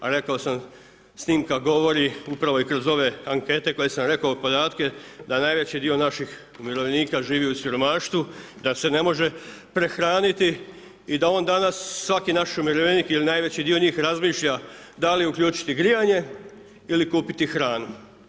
A rekao sam, snimka govori, upravo i kroz ove ankete koje sam rekao, podatke da najveći dio naših umirovljenika živi u siromaštvu, da se ne može prehraniti i da on danas, svaki naš umirovljenik ili najveći dio njih razmišlja da li uključiti grijanje ili kupiti hranu.